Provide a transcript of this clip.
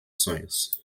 sonhos